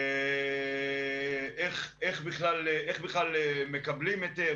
איך בכלל מקבלים היתר,